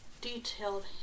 detailed